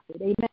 Amen